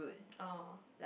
oh